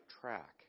track